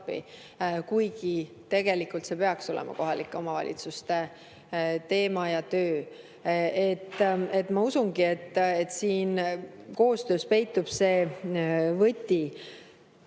kuigi tegelikult see peaks olema kohalike omavalitsuste teema ja töö. Ma usun, et koostöös peitub siin